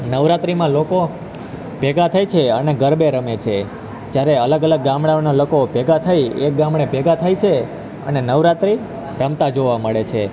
નવરાત્રીમાં લોકો ભેગા થાય છે અને ગરબે રમે છે જ્યારે અલગ અલગ ગામડાના લોકો ભેગા થઈ એક ગામડે ભેગા થાય છે અને નવરાત્રી રમતા જોવા મળે છે